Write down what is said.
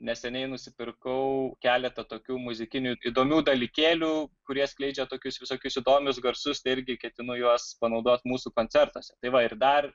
neseniai nusipirkau keletą tokių muzikinių įdomių dalykėlių kurie skleidžia tokius visokius įdomius garsus tai irgi ketinu juos panaudot mūsų koncertuose tai va ir dar